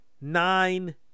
nine